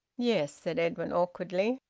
yes, said edwin awkwardly.